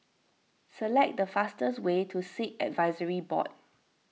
select the fastest way to Sikh Advisory Board